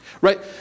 right